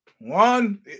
One